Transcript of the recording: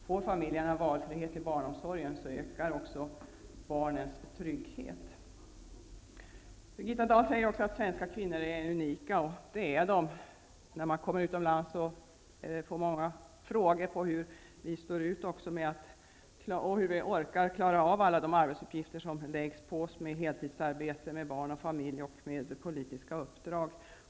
Får familjerna valfrihet i barnsomsorgen ökar också barnens trygghet. Birgitta Dahl säger att svenska kvinnor är unika; det är de. När man kommer utomlands får man ofta frågor om hur vi orkar klara av alla de arbetsuppgifter som läggs på oss: heltidsarbete, arbete med barn och familj, politiska uppdrag.